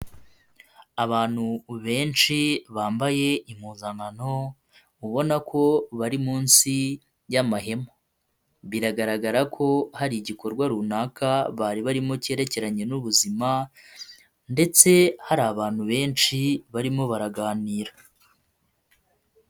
Abantu benshi bambaye impuzankano, ubona ko bari munsi y'amahema. Biragaragara ko hari igikorwa runaka bari barimo cyerekeranye n'ubuzima ndetse hari abantu benshi barimo baraganira.